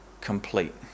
complete